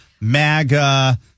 MAGA